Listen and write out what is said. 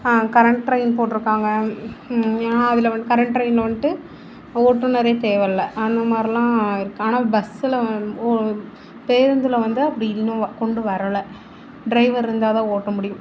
current train போட்டிருக்காங்க ஏன்னால் அதில் வந் கரண்ட் ட்ரெயினில் வந்துட்டு ஓட்டுநரே தேவையில்ல அந்த மாதிரிலாம் இருக்குது ஆனால் பஸ்ஸில் வந் ஓ பேருந்தில் வந்து அப்படி இன்னும் கொண்டு வரலை ட்ரைவர் இருந்தால் தான் ஓட்ட முடியும்